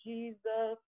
Jesus